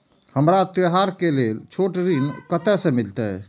हमरा त्योहार के लेल छोट ऋण कते से मिलते?